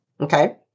okay